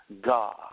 God